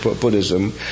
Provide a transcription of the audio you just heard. Buddhism